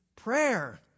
Prayer